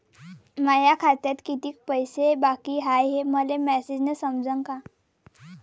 माया खात्यात कितीक पैसे बाकी हाय हे मले मॅसेजन समजनं का?